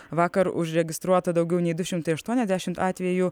vakar užregistruota daugiau nei du šimtai aštuoniasdešimt atvejų